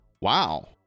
Wow